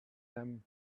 them